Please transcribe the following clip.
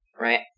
right